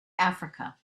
africa